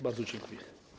Bardzo dziękuję.